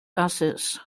assets